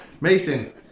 Mason